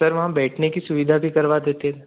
sir वहाँ बैठने की सुविधा भी करवा देते